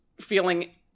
feeling